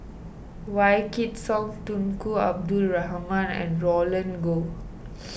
Wykidd Song Tunku Abdul Rahman and Roland Goh